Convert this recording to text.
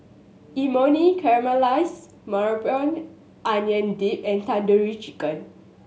Imoni Caramelized Maui Onion Dip and Tandoori Chicken